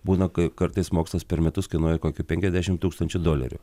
būna kai kartais mokslas per metus kainuoja kokių penkiasdešim tūkstančių dolerių